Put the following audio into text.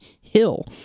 Hill